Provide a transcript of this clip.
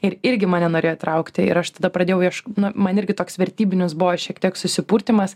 ir irgi mane norėjo įtraukti ir aš tada pradėjau ieš man irgi toks vertybinius buvo šiek tiek susipurtymas